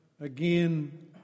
again